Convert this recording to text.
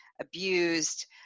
abused